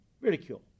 Ridicule